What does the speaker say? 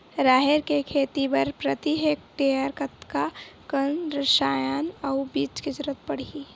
राहेर के खेती बर प्रति हेक्टेयर कतका कन रसायन अउ बीज के जरूरत पड़ही?